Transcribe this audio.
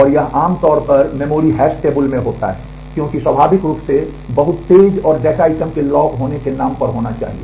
और यह आम तौर पर मेमोरी हैश टेबल में होता है क्योंकि यह स्वाभाविक रूप से बहुत तेज़ और डेटा आइटम के लॉक होने के नाम पर होना चाहिए